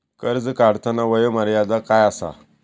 कर्ज काढताना वय मर्यादा काय आसा?